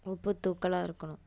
உப்பு தூக்கலாக இருக்கணும்